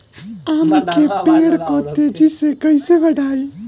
आम के पेड़ को तेजी से कईसे बढ़ाई?